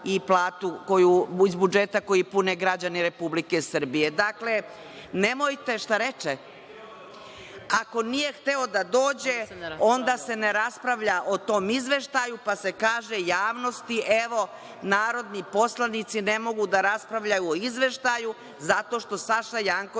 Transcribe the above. budžeta, iz budžeta koji pune građani Republike Srbije.(Vladimir Đukanović, s mesta: Nije hteo da dođe.)Ako nije hteo da dođe, onda se ne raspravlja o tom izveštaju, pa se kaže javnosti – evo, narodni poslanici ne mogu da raspravljaju o izveštaju zato što Saša Janković